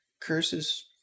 Curses